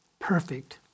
perfect